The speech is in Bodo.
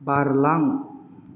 बारलां